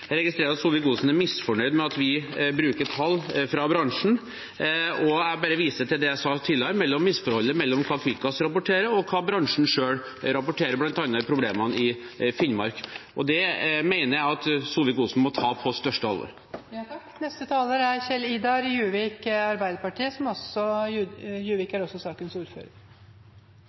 Jeg registrerer at Solvik-Olsen er misfornøyd med at vi bruker tall fra bransjen. Jeg viser bare til det jeg sa tidligere om misforholdet mellom hva Kvikkas rapporterer, og hva bransjen selv rapporterer, bl.a. om problemene i Finnmark. Det mener jeg Solvik-Olsen må ta på største alvor. Da ser det til at debatten går til endes, og jeg vil takke alle for deltakelsen i debatten og innspillene som